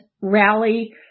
rally